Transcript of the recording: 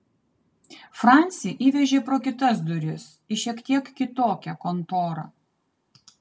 francį įvežė pro kitas duris į šiek tiek kitokią kontorą